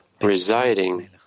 residing